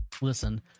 listen